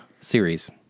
series